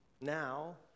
Now